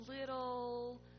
little